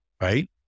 right